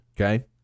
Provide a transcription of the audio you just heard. Okay